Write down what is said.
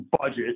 budget